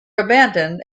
abandoned